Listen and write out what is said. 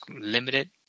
limited